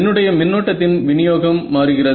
என்னுடைய மின்னோட்டத்தின் வினியோகம் மாறுகிறது